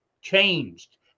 changed